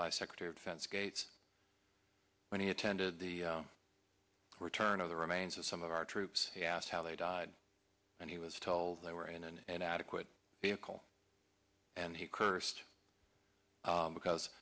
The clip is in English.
by secretary of defense gates when he attended the return of the remains of some of our troops he asked how they died and he was told they were in an inadequate vehicle and he cursed because